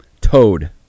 toad